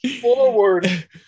forward